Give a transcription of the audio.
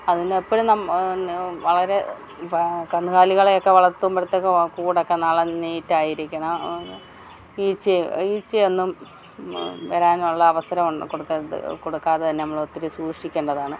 അതിനെപ്പോഴും വളരെ കന്നുകാലികളെയൊക്കെ വളർത്തുമ്പോഴത്തേക്ക് കൂടൊക്കെ നല്ല നീറ്റായിരിക്കണം ഈച്ച ഈച്ചയൊന്നും വരാനുള്ള അവസരം ഒന്നും കൊടുക്കരുത് കൊടുക്കാതെ തന്നെ നമ്മളൊത്തിരി സൂക്ഷിക്കേണ്ടതാണ്